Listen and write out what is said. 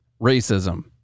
racism